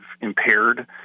impaired